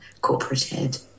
corporated